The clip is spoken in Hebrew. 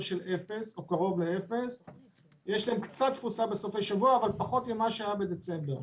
יש קצת תפוסה בסופי השבוע אבל פחות ממה שהיה בדצמבר.